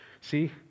See